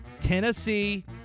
Tennessee